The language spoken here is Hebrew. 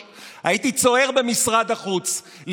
הייתי צוער במשרד החוץ.